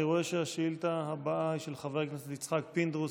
אני רואה שהשאילתה הבאה היא של חבר הכנסת יצחק פינדרוס.